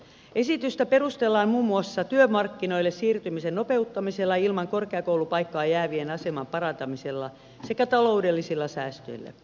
esitystä perustellaan muun muassa työmarkkinoille siirtymisen nopeuttamisella ilman korkeakoulupaikkaa jäävien aseman parantamisella sekä taloudellisilla säästöillä